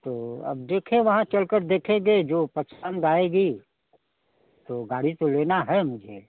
तो अब देखे वहाँ चलकर देखेंगे जो पसंद आएगी तो गाड़ी तो लेना है मुझे